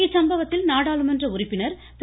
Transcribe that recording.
இச்சம்பவத்தில் நாடாளுமன்ற உறுப்பினர் திரு